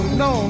no